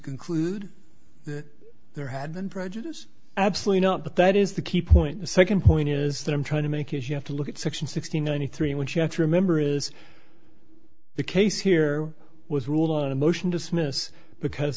conclude that there had been prejudice absolutely not but that is the key point the second point is that i'm trying to make is you have to look at section sixty nine hundred three what you have to remember is the case here was ruled on a motion to dismiss because